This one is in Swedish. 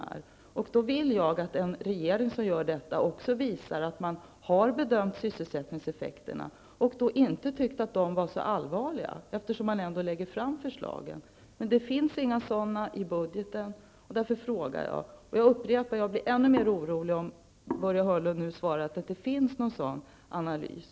Jag vill att en regering som gör detta också visar att man har bedömt sysselsättningseffekterna och inte tyckt att de var så allvarliga, eftersom man ändå lägger fram förslagen. Men det finns inga sådana bedömningar i budgeten, och det är därför jag frågar. Jag upprepar att jag blir ännu mer orolig om Börje Hörnlund nu svarar att det inte finns någon sådan analys.